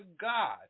God